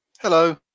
hello